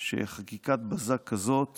שחקיקת בזק כזאת